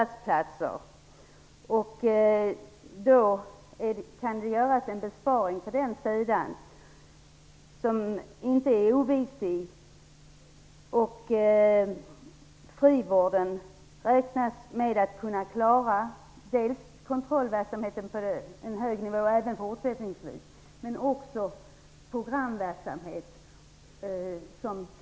Då kan det göras en besparing på den sidan som inte är oviktig. Man räknar med att frivården även fortsättningsvis skall kunna klara kontrollverksamhet på en hög nivå men också programverksamhet.